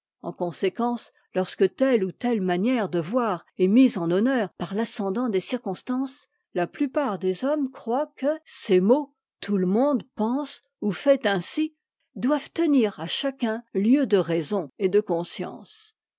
en conséquence lorsque telle ou telle manière de voir est mise en honneur par l'ascendant des circonstances la plupart des hommes croient que ces mots tout le monde pense ou fait ainsi doivent tenir à chacun lieu de raison et de cons